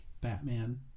Batman